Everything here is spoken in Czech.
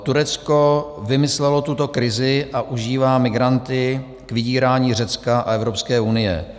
Turecko vymyslelo tuto krizi a užívá migranty k vydírání Řecka a Evropské unie.